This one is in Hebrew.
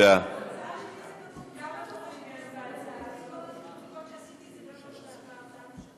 בהצעה שלי זה כתוב בצורה מפורשת בבקשה.